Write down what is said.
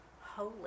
holy